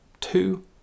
two